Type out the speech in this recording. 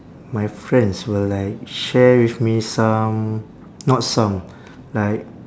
my friends will like share with me some not some like